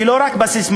ולא רק בססמאות?